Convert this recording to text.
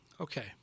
Okay